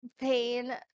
pain